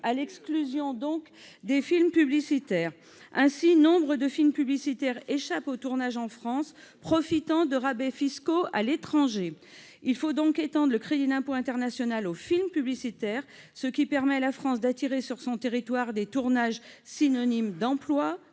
à l'exclusion des films publicitaires. Ainsi, nombre de ces derniers échappent au tournage en France, profitant de rabais fiscaux à l'étranger. Étendre le crédit d'impôt international aux films publicitaires permettra à la France d'attirer sur son territoire des tournages synonymes d'emplois,